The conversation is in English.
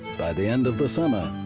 by the end of the summer,